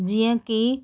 जीअं कि